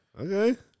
Okay